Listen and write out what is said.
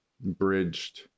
bridged